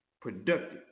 productive